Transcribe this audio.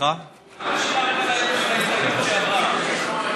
כמה שילמת בשביל ההסתייגות שעברה, איציק?